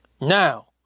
Now